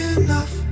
enough